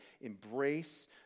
embrace